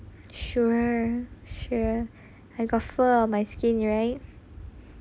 sure sure I got fur on my skin right